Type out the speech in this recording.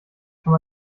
kann